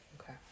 Okay